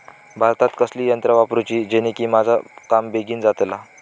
भातात कसली यांत्रा वापरुची जेनेकी माझा काम बेगीन जातला?